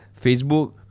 Facebook